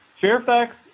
Fairfax